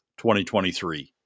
2023